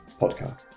podcast